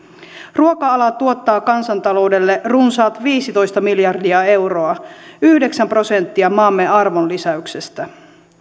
ruoka ala tuottaa kansantaloudelle runsaat viisitoista miljardia euroa yhdeksän prosenttia maamme arvonlisäyksestä